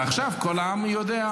ועכשיו כל העם יודע.